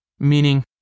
meaning